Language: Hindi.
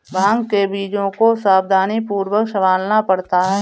भांग के बीजों को सावधानीपूर्वक संभालना पड़ता है